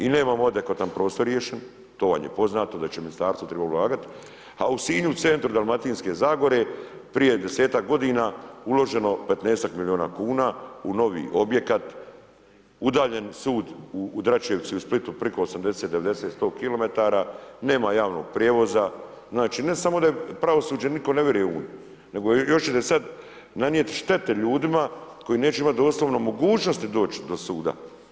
I nemamo adekvatan prostor riješen, to vam je poznato da će ministarstvo trebati ulagati, a u Sinju, centru Dalmatinske zagore, prije desetak godina uložena petnaestak milijuna kuna u novi objekat, udaljen sud u Dračevcu i Splitu preko 80, 90, 100 km, nema javnog prijevoza, znači ne samo da je pravosuđe nitko ne vjeruje u nj, nego još ćete sad nanijeti štete ljudima koji neće imati doslovno mogućnost doći do suda.